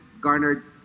garnered